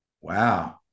Wow